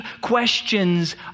questions